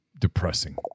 depressing